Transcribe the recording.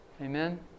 Amen